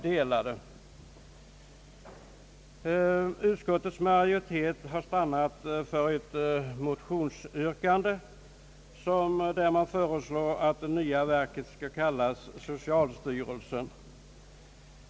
Utskottets majoritet har stannat för ett motionsyrkande om att det nya verket skall kallas socialstyrelsen.